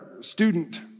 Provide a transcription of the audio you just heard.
student